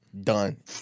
done